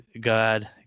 god